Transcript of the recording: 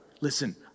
listen